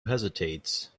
hesitates